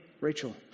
Rachel